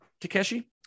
Takeshi